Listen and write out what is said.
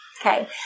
Okay